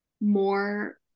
more